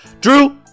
Drew